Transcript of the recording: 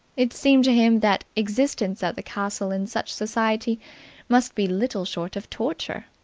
it seemed to him that existence at the castle in such society must be little short of torture.